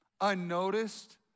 unnoticed